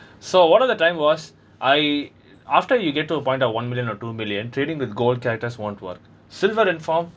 so one of the time was I after you get to a point at one million or two million trading with gold characters won't work silver and found